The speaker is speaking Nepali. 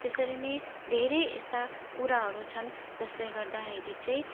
त्यसरी नै धेरै यस्ता कुराहरू छन् जसले गर्दाखेरि चाहिँ